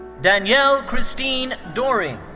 danielle christine doering.